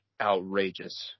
outrageous